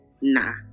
nah